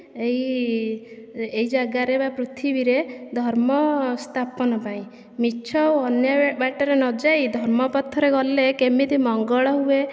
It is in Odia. ଏଇ ଏଇ ଜାଗାରେ ବା ପୃଥିବୀରେ ଧର୍ମ ସ୍ଥାପନ ପାଇଁ ମିଛ ଓ ଅନ୍ୟାୟ ବାଟରେ ନ ଯାଇ ଧର୍ମ ପଥରେ ଗଲେ କେମିତି ମଙ୍ଗଳ ହୁଏ